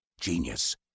Genius